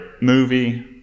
movie